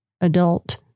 adult